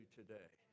today